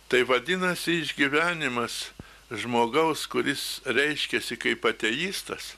tai vadinasi išgyvenimas žmogaus kuris reiškiasi kaip ateistas